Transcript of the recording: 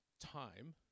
time